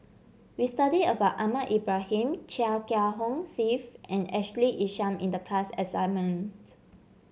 we studied about Ahmad Ibrahim Chia Kiah Hong Steve and Ashley Isham in the class assignment